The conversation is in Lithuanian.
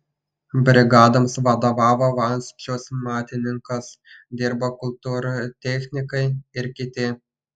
brigadoms vadovavo valsčiaus matininkas dirbo kultūrtechnikai ir kiti